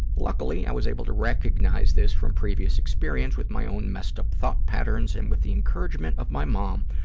luckily, i was able to recognize this from previous experience with my own messed-up thought patterns and, with the encouragement of my mom,